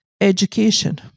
education